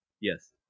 Yes